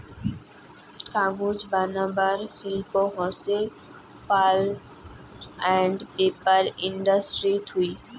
কাগজ বানাবার শিল্প হসে পাল্প আন্ড পেপার ইন্ডাস্ট্রি থুই